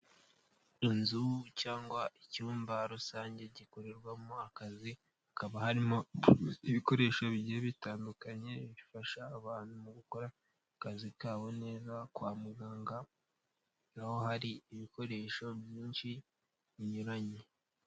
Inzu cyangwa icyumba rusange gikorerwamo akazi, hakaba harimo ibikoresho bigiye bitandukanye bifasha abantu mu gukora akazi kabo neza kwa muganga naho hari ibikoresho byinshi binyuranye.